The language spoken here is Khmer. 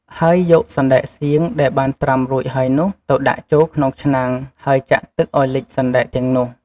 ហើយយកសណ្ដែកសៀងដែលបានត្រាំរួចហើយនោះ ទៅដាក់ចូលក្នុងឆ្នាំង ហើយចាក់ទឹកឱ្យលិចសណ្ដែកទាំងនោះ។